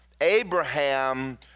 Abraham